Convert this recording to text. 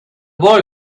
boy